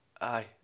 Aye